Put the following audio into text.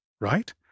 right